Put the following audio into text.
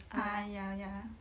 ah ya ya